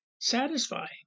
satisfy